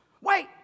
Wait